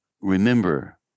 remember